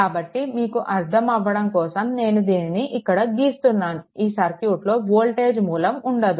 కాబట్టి మీకు అర్ధం అవ్వడం కోసం నేను దీనిని ఇక్కడ గీస్తున్నాను ఈ సర్క్యూట్లో వోల్టేజ్ మూలం ఉండదు